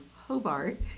Hobart